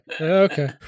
Okay